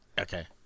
Okay